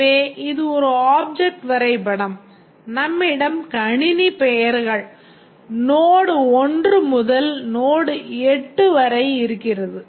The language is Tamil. எனவே இது ஒரு ஆப்ஜெக்ட் வரைபடம் நம்மிடம் கணினி பெயர்கள் Node1 Node2 Node3 Node4 Node5 Node6 Node7 மற்றும் Node8 ஆகும்